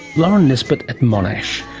lauren nisbet at monash,